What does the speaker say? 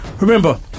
remember